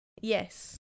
Yes